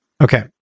okay